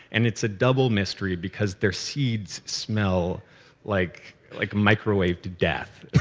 and it's a double mystery, because their seeds smell like like microwaved death. it's